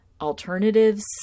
alternatives